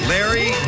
Larry